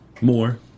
More